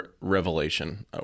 revelation